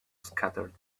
scattered